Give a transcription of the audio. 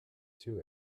too